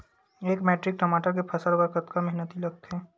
एक मैट्रिक टमाटर के फसल बर कतका मेहनती लगथे?